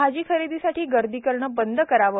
भाजीखरेदीसाठी गर्दी करणं बंद करावं